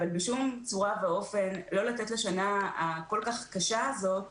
אבל בשום צורה ואופן לא לתת לשנה הכול כך קשה הזאת